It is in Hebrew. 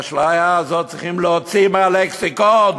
את ההשוואה הזאת צריכים להוציא מהלקסיקון.